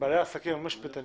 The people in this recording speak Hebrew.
בעלי העסקים הם לא משפטנים,